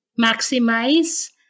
maximize